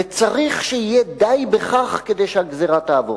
וצריך שיהיה די בכך כדי שהגזירה תעבור.